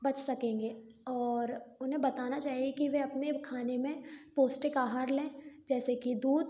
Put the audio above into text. बच सकेंगे और उन्हें बताना चाहिए कि वे अपने खाने में पौष्टिक आहार लें जैसे कि दूध